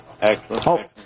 Excellent